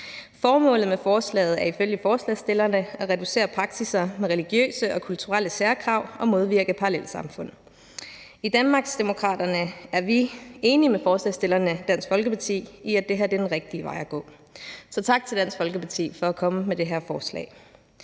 Formålet med forslaget er, ifølge forslagsstillerne, at reducere praksisser med religiøse og kulturelle særkrav og modvirke parallelsamfund. I Danmarksdemokraterne er vi enige med forslagsstillerne, Dansk Folkeparti, i, at det her er den rigtige vej at gå, så tak til Dansk Folkeparti for at komme med det her forslag.